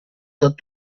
tot